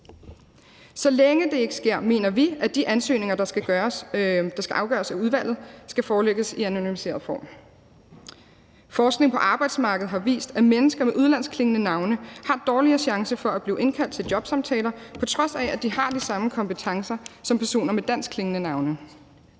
Så længe det ikke sker, mener vi, at de ansøgninger, der skal afgøres af udvalget, skal forelægges i anonymiseret form. Forskning på arbejdsmarkedet har vist, at mennesker med udenlandsk klingende navne har dårligere chancer for at blive indkaldt til jobsamtaler, på trods af at de har de samme kompetencer som personer med dansk klingende navne.